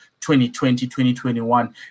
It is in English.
2020-2021